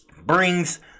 brings